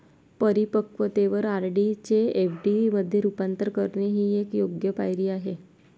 परिपक्वतेवर आर.डी चे एफ.डी मध्ये रूपांतर करणे ही एक योग्य पायरी आहे